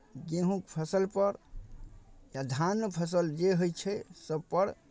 गेहूँके फसलपर या धानक फसल जे होइ छै सभपर